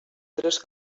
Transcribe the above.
tres